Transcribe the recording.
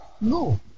No